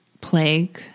plague